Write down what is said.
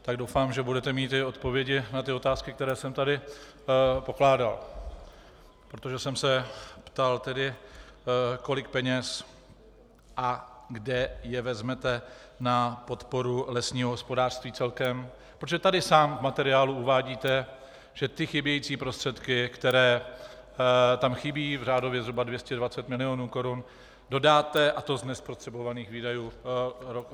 Tak doufám, že budete mít i odpovědi na ty otázky, které jsem tady pokládal, protože jsem se ptal, kolik peněz a kde je vezmete na podporu lesního hospodářství celkem, protože tady v materiálu sám uvádíte, že ty chybějící prostředky, které tam chybí, řádově zhruba 220 milionů korun, dodáte, a to z nespotřebovaných výdajů roku 2014.